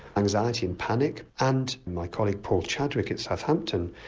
anxiety and panic and my colleague paul chadwick at southampton,